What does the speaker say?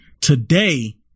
today